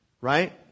Right